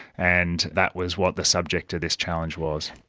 and that was what the subject of this challenge was.